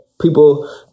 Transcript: people